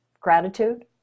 gratitude